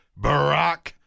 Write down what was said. barack